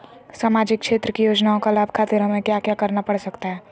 सामाजिक क्षेत्र की योजनाओं का लाभ खातिर हमें क्या क्या करना पड़ सकता है?